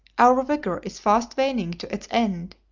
our vigour is fast waning to its end.